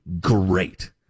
great